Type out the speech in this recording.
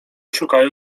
szukają